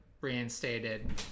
reinstated